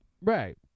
Right